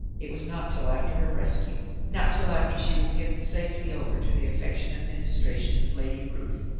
it was not till after her rescue, not till after she was given safely over to the affectionate ministrations of lady ruth,